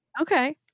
okay